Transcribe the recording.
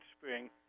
spring